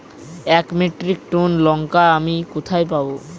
এক metric ton লঙ্কা আমি কোথায় পাবো?